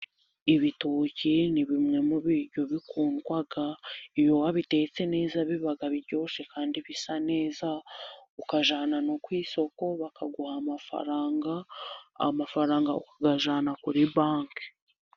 Ibitoki ni bimwe mu biryo bikundwa. Iyo wabitetse neza biba biryoshye kandi bisa neza, ukajyana no ku isoko bakaguha amafaranga, amafaranga ukayajyana kuri banki.